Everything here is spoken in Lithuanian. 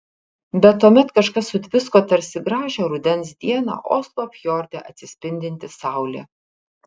bet tuomet kažkas sutvisko tarsi gražią rudens dieną oslo fjorde atsispindinti saulė